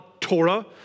Torah